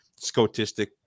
Scotistic